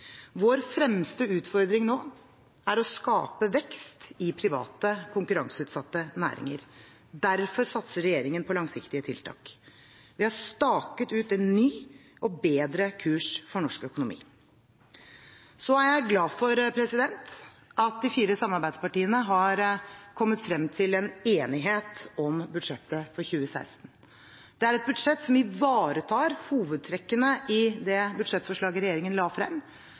Vår fremste utfordring nå er å skape vekst i private, konkurranseutsatte næringer. Derfor satser regjeringen på langsiktige tiltak. Vi har staket ut en ny og bedre kurs for norsk økonomi. Jeg er glad for at de fire samarbeidspartiene har kommet frem til en enighet om budsjettet for 2016. Det er et budsjett som ivaretar hovedtrekkene i det budsjettforslaget regjeringen la frem,